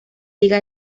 liga